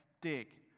Dig